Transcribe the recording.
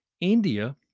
India